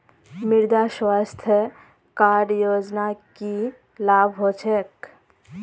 मृदा स्वास्थ्य कार्ड योजनात की लाभ ह छेक